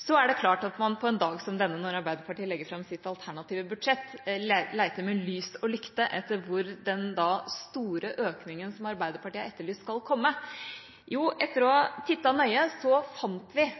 Så er det klart at man på en dag som denne, da Arbeiderpartiet legger fram sitt alternative budsjett, leter med lys og lykte etter hvor den store økninga som Arbeiderpartiet har etterlyst, skal komme. Jo, etter å ha tittet nøye så fant vi